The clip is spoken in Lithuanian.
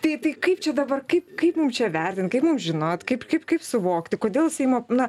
tai tai kaip čia dabar kaip kaip mum čia vertint kaip mum žinot kaip kaip kaip suvokti kodėl seimo na